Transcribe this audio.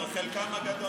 על חלקם אני מסכים.